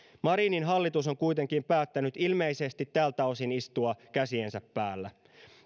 marinin hallitus on kuitenkin päättänyt ilmeisesti tältä osin istua käsiensä päällä